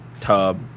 tub